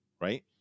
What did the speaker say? right